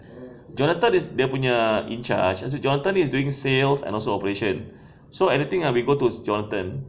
jonathan is dia punya in-charge jonathan is doing sales and also operation so anything we go to jonathan